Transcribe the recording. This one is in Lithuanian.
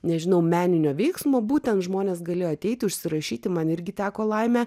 nežinau meninio veiksmo būtent žmonės galėjo ateiti užsirašyti man irgi teko laimė